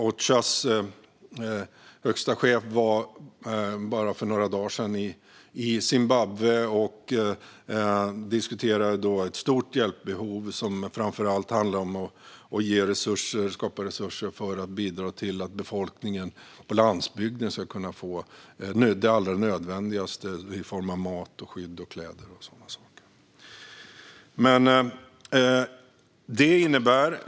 Ochas högsta chef var för bara några dagar sedan i Zimbabwe och diskuterade då ett stort hjälpbehov som framför allt handlar om att skapa resurser för att bidra till att befolkningen på landsbygden ska kunna få det allra nödvändigaste i form av mat, skydd, kläder och sådana saker.